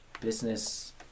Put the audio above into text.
business